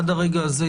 עד רגע זה,